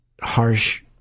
harsh